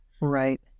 Right